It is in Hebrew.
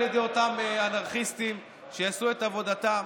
ידי אותם אנרכיסטים שיעשו את עבודתם.